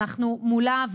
אנחנו מולה,